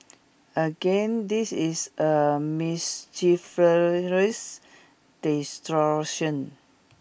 again this is a mischievous distortion